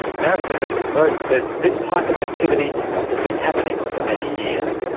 barrister erskine rodan says this type of activity has been happening for many years.